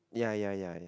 ya ya ya ya